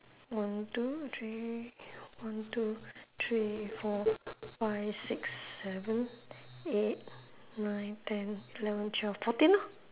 one two three one two three four five six seven eight nine ten eleven twelve fourteen lor